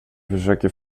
försöker